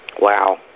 Wow